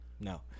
No